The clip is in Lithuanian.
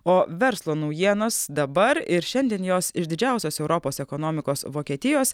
o verslo naujienos dabar ir šiandien jos iš didžiausios europos ekonomikos vokietijos